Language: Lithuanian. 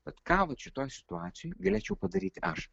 bet ką vat šitoj situacijoj galėčiau padaryti aš